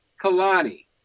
Kalani